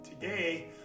Today